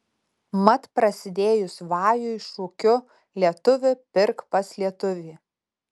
mat prasidėjus vajui šūkiu lietuvi pirk pas lietuvį